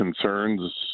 concerns